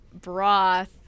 broth